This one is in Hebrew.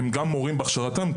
הם גם מורים בהכשרתם,